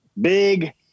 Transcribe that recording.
big